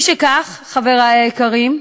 משכך, חברי היקרים,